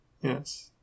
Yes